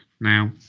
Now